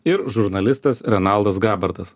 ir žurnalistas renaldas gabartas